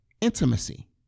intimacy